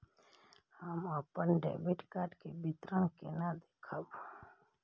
हम अपन debit card के विवरण केना देखब?